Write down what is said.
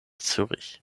zürich